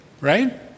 right